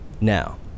Now